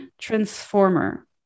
transformer